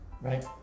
Right